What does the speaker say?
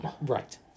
Right